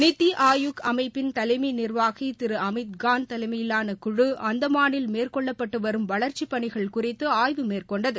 நித்தி ஆயோக் அமைப்பின் தலைமை நிர்வாகி திரு அமித்கான் தலைமையிலான குழு அந்தமானில் மேற்கொள்ளப்பட்டு வரும் வளர்ச்சிப் பணிகள் குறித்து ஆய்வு மேற்கொண்டது